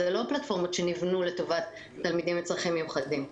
אלה לא פלטפורמות שנבנו לטובת תלמידים עם צרכים מיוחדים.